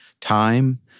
time